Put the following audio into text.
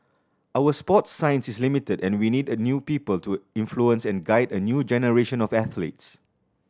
our sports science is limited and we need a new people to influence and guide a new generation of athletes